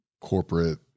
corporate